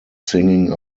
singing